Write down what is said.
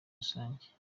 rusange